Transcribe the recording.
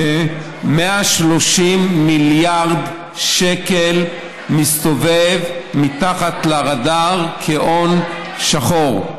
ש-130 מיליארד שקל מסתובבים מתחת לרדאר כהון שחור.